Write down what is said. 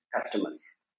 customers